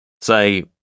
Say